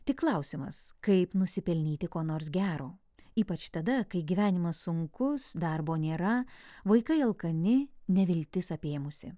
tik klausimas kaip nusipelnyti ko nors gero ypač tada kai gyvenimas sunkus darbo nėra vaikai alkani neviltis apėmusi